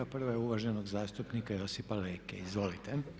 Prva je uvaženog zastupnika Josipa Leke, izvolite.